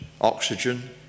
oxygen